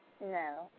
No